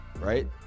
right